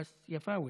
אבל הוא יפואי.